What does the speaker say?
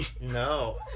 No